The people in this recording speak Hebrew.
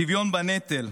שוויון בנטל,